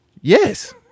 Yes